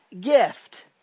gift